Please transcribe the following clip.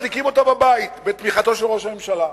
מדליקים אותה בבית בתמיכתו של ראש הממשלה.